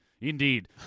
Indeed